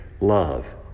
love